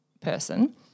person